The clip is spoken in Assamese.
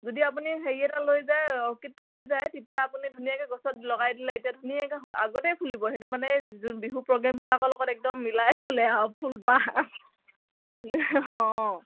যদি আপুনি হেৰি এটা লৈ যায় অৰ্কিডটো লৈ যায় তেতিয়া আপুনি ধুনীয়াকৈ গছত লগাই দিলে এতিয়া ধুনীয়াকৈ আগতেই ফুলিব সেইটো মানে বিহু প্ৰগ্ৰেমবিলাকৰ লগত একদম মিলাই ফুলে আৰু ফুল পাহ অঁ